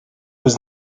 was